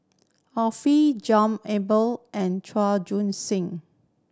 Arifin John Eber and Chua Joon